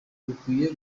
rukwiye